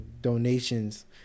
donations